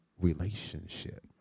relationship